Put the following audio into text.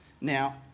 Now